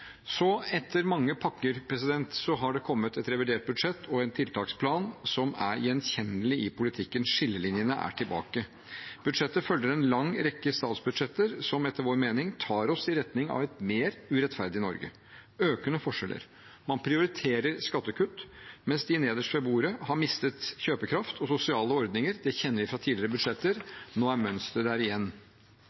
Etter mange pakker er det kommet et revidert budsjett og en tiltaksplan som er gjenkjennelig i politikken. Skillelinjene er tilbake. Budsjettet følger en lang rekke statsbudsjetter som etter vår mening tar oss i retning av et mer urettferdig Norge, med økende forskjeller. Man prioriterer skattekutt mens de nederst ved bordet har mistet kjøpekraft og sosiale ordninger. Det kjenner vi fra tidligere budsjetter, og nå er mønsteret der igjen.